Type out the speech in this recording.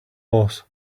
boss